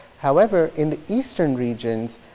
however, in the eastern regions,